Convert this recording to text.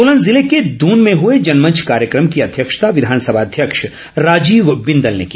सोलन जिले के दून में हुए जनमंच कार्यक्रम की अध्यक्षता विधानसभा अध्यक्ष राजीव बिंदल ने की